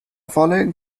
following